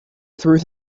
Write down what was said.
through